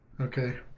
Okay